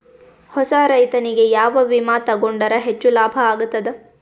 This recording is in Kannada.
ಹೊಸಾ ರೈತನಿಗೆ ಯಾವ ವಿಮಾ ತೊಗೊಂಡರ ಹೆಚ್ಚು ಲಾಭ ಆಗತದ?